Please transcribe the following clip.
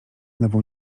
nową